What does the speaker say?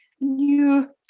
new